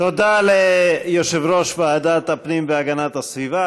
תודה ליושב-ראש ועדת הפנים והגנת הסביבה,